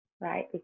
right